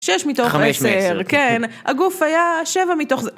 שש מתוך עשר, כן. הגוף היה שבע מתוך זה.